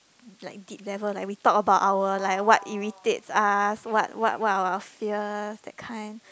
like deep level like we talk about our like what irritates us what what what are our fears that kind